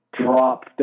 drop